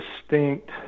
distinct